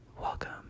welcome